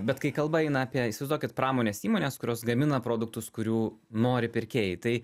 bet kai kalba eina apie įsivaizduokit pramonės įmones kurios gamina produktus kurių nori pirkėjai tai